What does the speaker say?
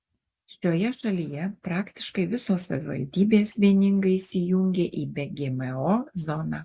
šioje šalyje praktiškai visos savivaldybės vieningai įsijungė į be gmo zoną